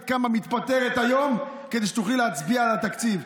היית קמה ומתפטרת היום כדי שתוכלי להצביע על התקציב,